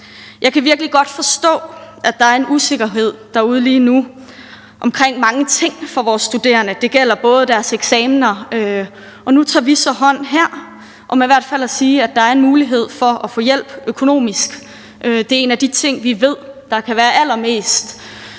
Jeg kan virkelig godt forstå, at der er en usikkerhed derude lige nu omkring mange ting for vores studerende – det gælder bl.a. deres eksamener – og nu tager vi så hånd om noget af det ved her at sige, at der i hvert fald er en mulighed for at få hjælp økonomisk. Det er en af de ting, vi ved kan være allermest